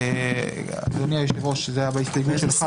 אדוני היושב-ראש, זה היה בהסתייגות שלך.